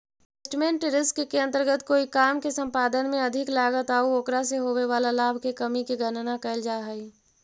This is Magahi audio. इन्वेस्टमेंट रिस्क के अंतर्गत कोई काम के संपादन में अधिक लागत आउ ओकरा से होवे वाला लाभ के कमी के गणना कैल जा हई